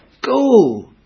Go